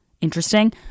interesting